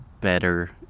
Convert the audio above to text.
better